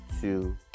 two